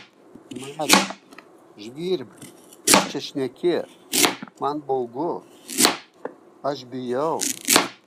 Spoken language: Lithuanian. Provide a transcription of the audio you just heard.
mariau žvirbli ką čia šneki man baugu aš bijau